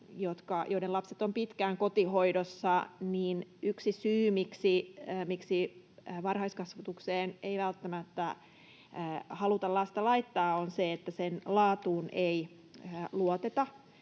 joiden lapset ovat pitkään kotihoidossa, niin yksi syy, miksi varhaiskasvatukseen ei välttämättä haluta lasta laittaa, on se, että sen laatuun ei luoteta.